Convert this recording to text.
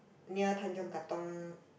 near Tanjong-Katong